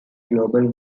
global